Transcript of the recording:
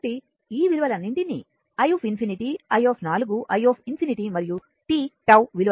కాబట్టి ఈ విలువలన్నింటినీ i ∞i i ∞ మరియు t τ విలువ పెడితే